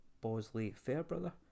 Bosley-Fairbrother